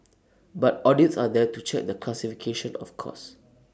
but audits are there to check the classification of costs